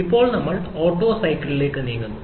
ഇപ്പോൾ നമ്മൾ ഓട്ടോ സൈക്കിളിലേക്ക് നീങ്ങുന്നു